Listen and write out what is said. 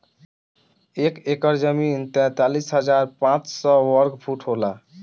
एक एकड़ जमीन तैंतालीस हजार पांच सौ साठ वर्ग फुट होला